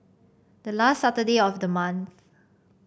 the last Saturday of the month